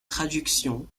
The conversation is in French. traductions